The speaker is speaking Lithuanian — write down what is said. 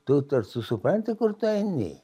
tu tarsi supranti kur tu eini